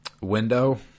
window